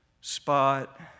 spot